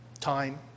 time